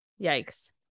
Yikes